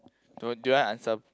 do do your answer